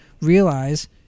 Realize